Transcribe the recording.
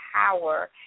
power